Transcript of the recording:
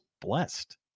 blessed